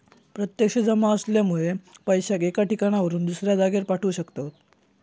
प्रत्यक्ष जमा असल्यामुळे पैशाक एका ठिकाणावरना दुसऱ्या जागेर पाठवू शकताव